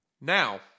now